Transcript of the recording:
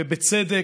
ובצדק.